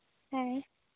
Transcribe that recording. ᱦᱮᱸ